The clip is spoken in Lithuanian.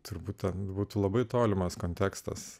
turbūt būtų labai tolimas kontekstas